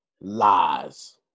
Lies